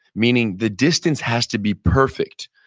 meaning the distance has to be perfect.